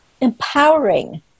empowering